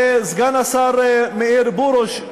וסגן השר מאיר פרוש,